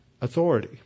authority